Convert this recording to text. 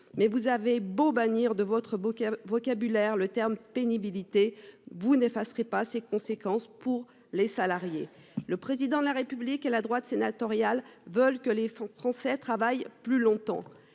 Vous avez beau bannir de votre vocabulaire le terme de pénibilité, vous n'effacerez pas ses conséquences pour les salariés. Le Président de la République et la droite sénatoriale veulent que les Français travaillent plus longtemps.